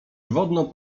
wodną